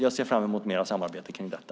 Jag ser fram emot mer samarbete kring detta.